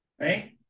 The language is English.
right